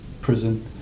prison